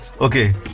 Okay